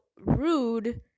rude